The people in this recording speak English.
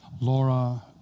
Laura